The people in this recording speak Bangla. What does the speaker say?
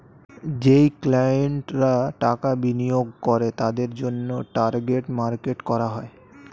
যেই ক্লায়েন্টরা টাকা বিনিয়োগ করে তাদের জন্যে টার্গেট মার্কেট করা হয়